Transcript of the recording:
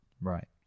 Right